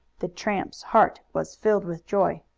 the tramp's heart was filled with joy.